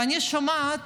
ואני שומעת,